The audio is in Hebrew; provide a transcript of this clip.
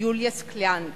יוליה סקליאניק,